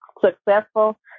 successful